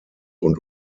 und